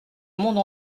monde